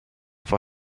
for